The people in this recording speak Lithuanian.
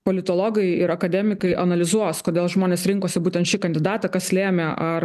politologai ir akademikai analizuos kodėl žmonės rinkosi būtent šį kandidatą kas lėmė ar